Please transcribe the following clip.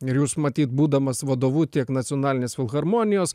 ir jūs matyt būdamas vadovu tiek nacionalinės filharmonijos